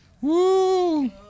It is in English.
Woo